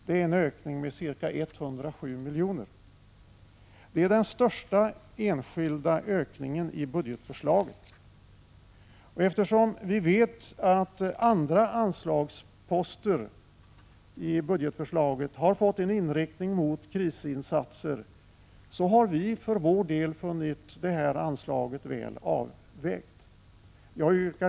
Det är en ökning med ca 107 miljoner — den största enskilda ökningen i budgetförslaget. Eftersom vi vet att andra anslagsposter i budgetförslaget har fått en inriktning mot krisinsatser, har vi för vår del funnit detta anslag väl avvägt.